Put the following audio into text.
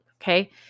Okay